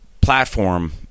platform